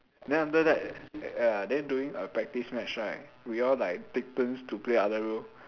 then after that uh then doing a practice match right we all like take turns to play other role